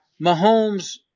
Mahomes